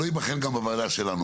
לא תיבחן בוועדה שלנו,